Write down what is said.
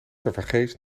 tevergeefs